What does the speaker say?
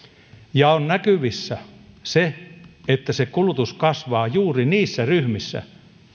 ja on näkyvissä se että kulutus kasvaa juuri niissä ryhmissä